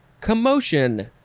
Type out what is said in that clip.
commotion